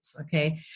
Okay